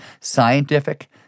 scientific